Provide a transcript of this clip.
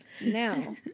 Now